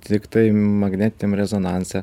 tiktai magnetiniam rezonanse